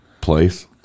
place